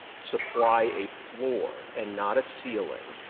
supply a floor and not a ceiling.